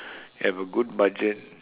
have a good budget